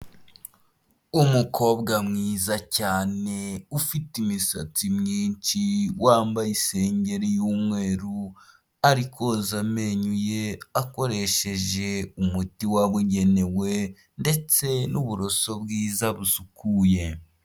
Umukobwa mwiza cyane ufite imisatsi myinshi, wambaye isengeri y'umweru, ari koza amenyo ye akoresheje umuti wabugenewe ndetse n'uburoso bwiza busukuye.